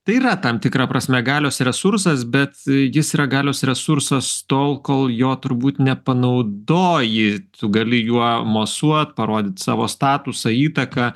tai yra tam tikra prasme galios resursas bet jis yra galios resursas tol kol jo turbūt nepanaudoji tu gali juo mosuot parodyt savo statusą įtaką